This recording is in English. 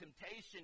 temptation